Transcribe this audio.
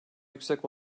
yüksek